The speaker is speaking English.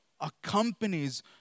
accompanies